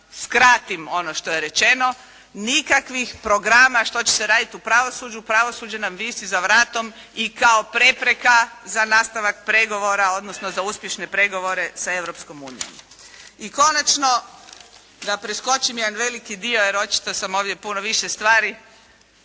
skratim ono što je rečeno. Nikakvih programa što će se raditi u pravosuđu, pravosuđe nam visi za vratom i kao prepreka za nastavak pregovora, odnosno za uspješne pregovore sa Europskom unijom. I konačno, da preskočim jedan veliki dio, jer očito sam ovdje puno više stvari